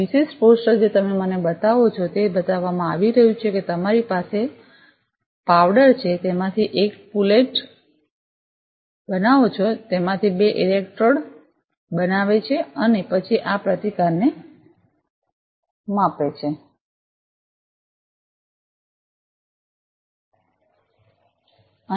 આ વિશિષ્ટ પોસ્ટર જે તમે તેને બતાવો છો તે બતાવવામાં આવી રહ્યું છે કે તમારી પાસે પાવડર છે તેમાંથી તમે એક પુલેટબનાવો છો તેમાંથી બે ઇલેક્ટ્રોડ બનાવે છે અને પછી આ પ્રતિકારને માપશો